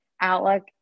outlook